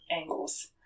angles